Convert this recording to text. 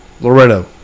Loretto